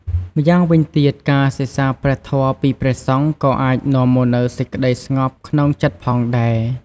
ម្យ៉ាងវិញទៀត ការសិក្សាព្រះធម៌ពីព្រះសង្ឃ ក៏អាចនាំមកនូវសេចក្ដីស្ងប់ក្នុងចិត្តផងដែរ។